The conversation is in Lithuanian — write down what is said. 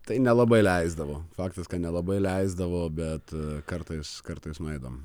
tai nelabai leisdavo faktas kad nelabai leisdavo bet kartais kartais nueidavom